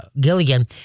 Gilligan